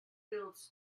bills